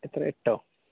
എത്ര എട്ടോ